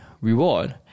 reward